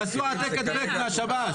תעשו העתק-הדבק מהשב"ס.